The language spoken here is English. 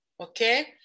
okay